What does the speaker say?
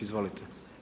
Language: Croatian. Izvolite.